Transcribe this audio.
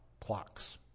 clocks